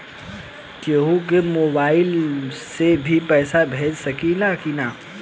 केहू के मोवाईल से भी पैसा भेज सकीला की ना?